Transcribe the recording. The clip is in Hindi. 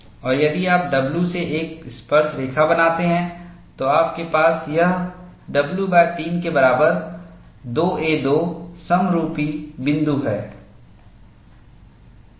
और यदि आप W से एक स्पर्शरेखा बनाते हैं तो आपके पास यह W3 के बराबर 2a2 समरूपी बिंदु है